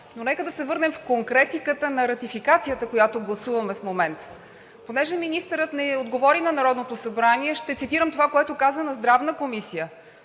Но нека да се върнем в конкретиката на ратификацията, която гласуваме в момента. Понеже министърът не отговори на Народното събрание, ще цитирам това, което каза в Здравната комисия: